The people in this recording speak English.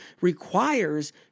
requires